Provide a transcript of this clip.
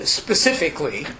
specifically